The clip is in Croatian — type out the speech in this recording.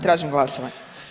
Tražim glasovanje.